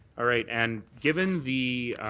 right. and given the